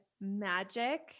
magic